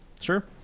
Sure